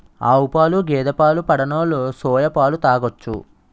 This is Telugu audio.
ఆవుపాలు గేదె పాలు పడనోలు సోయా పాలు తాగొచ్చు